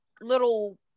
little